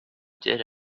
did